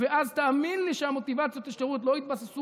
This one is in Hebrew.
ואז תאמין לי שמוטיבציות השירות לא יתבססו